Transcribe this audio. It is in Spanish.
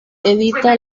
edita